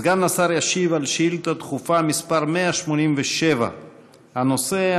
סגן השר ישיב על שאילתה דחופה מס' 187. הנושא: